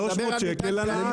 --- התמריץ ניתן